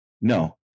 No